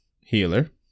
healer